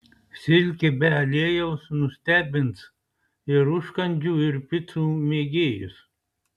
silkė be aliejaus nustebins ir užkandžių ir picų mėgėjus